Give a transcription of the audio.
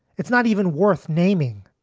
it's not even worth naming.